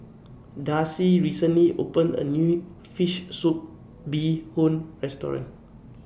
Darcie recently opened A New Fish Soup Bee Hoon Restaurant